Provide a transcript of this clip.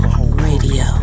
Radio